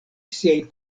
siajn